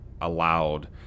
allowed